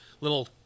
little